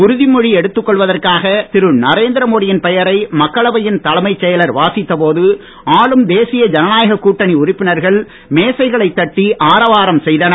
உறுதி மொழி எடுத்துக் கொள்வதற்காக திரு நரேந்திரமோடியின் பெயரை மக்களவையின் தலைமைச் செயலர் வாசித்த போது ஆளும் தேசிய ஜனநாயக கூட்டணி உறுப்பினர்கள் மேசைகளைத் தட்டி ஆரவாரம் செய்தனர்